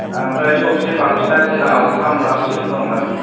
ओमफ्राय सबसे बांसिना जोंनाव थाम लाखसिम दं आरखि